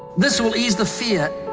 this will ease the fear.